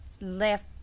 left